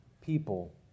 people